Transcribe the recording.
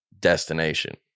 destination